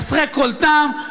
חסרי כל טעם.